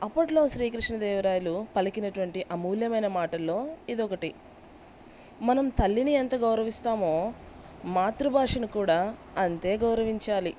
అప్పట్లో శ్రీకృష్ణదేవరాయులు పలికిన అటువంటి అమూల్యమైన మాటల్లో ఇది ఒకటి మనం తల్లిని ఎంత గౌరవిస్తామో మాతృభాషను కూడా అంతే గౌరవించాలి